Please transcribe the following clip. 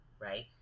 right